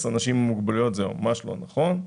אנשים עם מוגבלויות אבל זה ממש לא נכון.